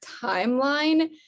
timeline